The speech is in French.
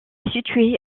situé